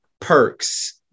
Perks